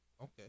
okay